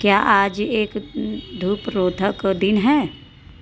क्या आज एक धूपरोधक दिन है